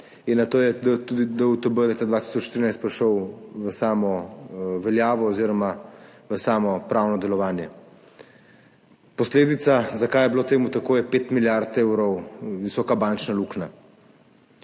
in nato je tudi DUTB leta 2013 prišel v samo veljavo oziroma v samo pravno delovanje. Posledica, zakaj je bilo temu tako, je pet milijard evrov visoka bančna luknja.